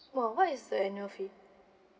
!wow! what is the annual fee